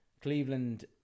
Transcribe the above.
Cleveland